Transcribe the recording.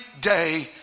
day